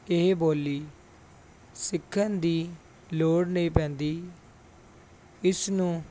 ਇਹ ਬੋਲੀ ਸਿੱਖਣ ਦੀ ਲੋੜ ਨਹੀਂ ਪੈਂਦੀ ਇਸਨੂੰ